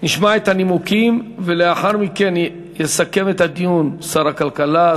נשמע את הנימוקים ולאחר מכן יסכם את הדיון שר הכלכלה,